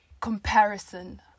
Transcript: comparison